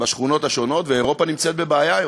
בשכונות השונות, ואירופה נמצאת בבעיה היום,